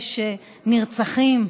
כשיש נרצחים,